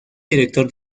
director